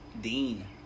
Dean